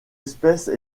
espèce